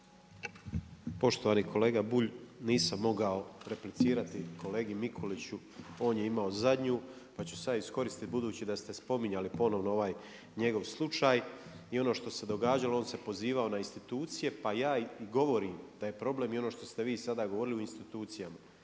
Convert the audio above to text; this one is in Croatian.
Poštovani kolega Bulj, nisam mogao replicirati kolegi Mikuliću. On je imao zadnju, pa ću sad iskoristit budući da ste spominjali ponovno ovaj njegov slučaj. I ono što se događalo on se pozivao na institucije, pa ja i govorim da je problem i ono što ste vi sada govorili o institucijama